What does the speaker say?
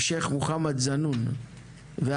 עם שייח' מוחמד זנון וההנהגה,